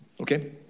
Okay